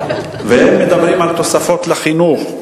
והם מדברים על תוספות לחינוך.